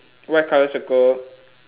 white colour circle